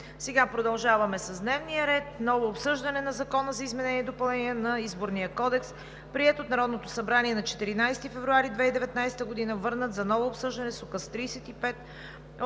ГЕРБ: първа точка – ново обсъждане на Закона за изменение и допълнение на Изборния кодекс, приет от Народното събрание на 14 февруари 2019 г., върнат за ново обсъждане с Указ